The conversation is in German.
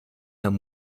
herrn